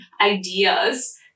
ideas